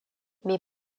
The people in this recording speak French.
mais